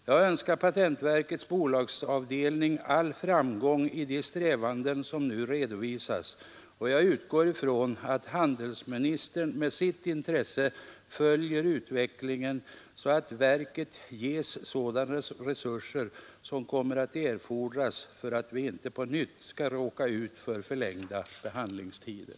Jag önskar patentverkets bolagsavdelning all framgång i de strävanden som nu redovisas, och jag utgår från att handelsministern med intresse följer utvecklingen så att verket ges sådana resurser som kommer att erfordras för att vi inte på nytt skall råka ut för förlängda behandlingstider.